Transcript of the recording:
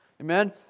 Amen